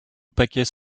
paquets